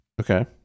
Okay